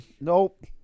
Nope